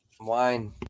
Wine